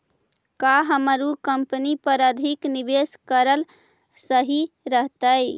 का हमर उ कंपनी पर अधिक निवेश करल सही रहतई?